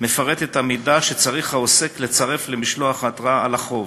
מפרט את המידע שהעוסק צריך לצרף למשלוח ההתראה על חוב.